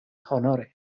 honore